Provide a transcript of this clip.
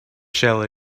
shell